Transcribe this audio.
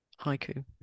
haiku